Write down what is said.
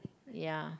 ya